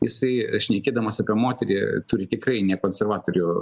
jisai šnekėdamas apie moterį turi tikrai ne konservatorių